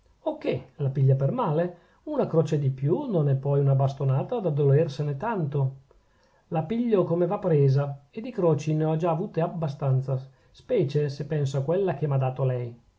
che la piglia per male una croce di più non è poi una bastonata da dolersene tanto la piglio come va presa e di croci ne ho già avute abbastanza specie se penso a quella che m'ha dato lei